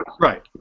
Right